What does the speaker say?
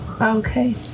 Okay